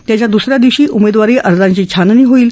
त्याच्या दुस या दिवशी उमेदवारी अर्जांची छाननी होईल